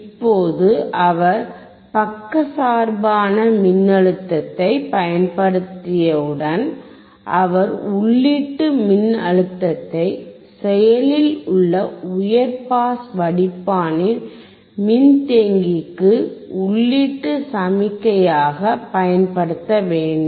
இப்போது அவர் பக்கச்சார்பான மின்னழுத்தத்தைப் பயன்படுத்தியவுடன் அவர் உள்ளீட்டு மின் அழுத்தத்தை செயலில் உள்ள உயர் பாஸ் வடிப்பானின் மின்தேக்கியுக்கு உள்ளிட்டு சமிக்ஞை யாக பயன்படுத்த வேண்டும்